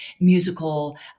musical